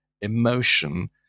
emotion